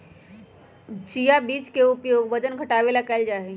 chia बीज के उपयोग वजन घटावे ला कइल जाहई